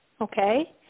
okay